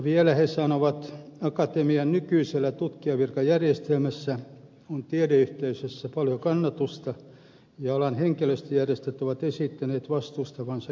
vielä he sanovat että akatemian nykyisellä tutkijanvirkajärjestelmällä on tiedeyhteisössä paljon kannatusta ja alan henkilöstöjärjestöt ovat esittäneet vastustavansa kyseisiä virkasiirtoja